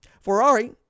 Ferrari